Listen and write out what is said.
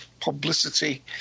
publicity